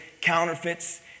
counterfeits